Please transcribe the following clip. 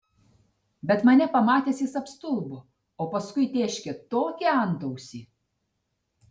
bet mane pamatęs jis apstulbo o paskui tėškė tokį antausį